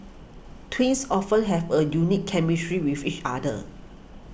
twins often have a unique chemistry with each other